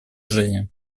уничтожения